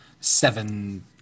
seven